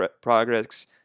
progress